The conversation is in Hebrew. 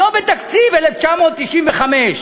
לא בתקציב 1995,